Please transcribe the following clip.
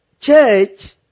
church